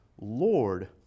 lord